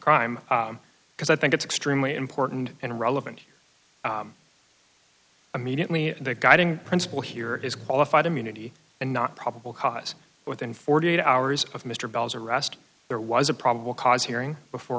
crime because i think it's extremely important and relevant immediately the guiding principle here is qualified immunity and not probable cause within forty eight hours of mr bell's arrest there was a probable cause hearing before